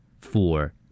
Four